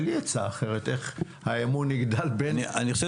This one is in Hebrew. אין לי עצה אחרת איך האמון יגדל בין --- אני חושב